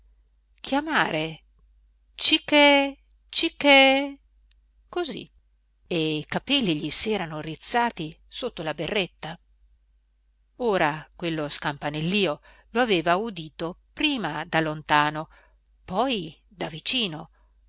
chiamare cichè cichè così e i capelli gli s'erano rizzati sotto la berretta ora quello scampanellìo lo aveva udito prima da lontano poi da vicino